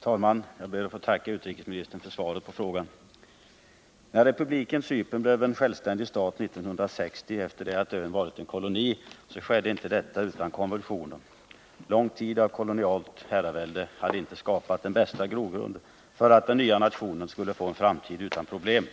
Herr talman! Jag ber att få tacka utrikesministern för svaret på frågan. När Republiken Cypern 1960 blev en självständig stat efter det att ön hade varit en koloni skedde inte detta utan konvulsioner. Lång tid av kolonialt herravälde hade inte skapat den bästa grogrunden för att den nya nationen skulle få en framtid utan problem.